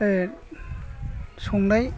संनाय